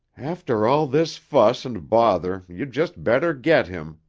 after all this fuss and bother you'd just better get him,